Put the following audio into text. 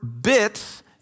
bits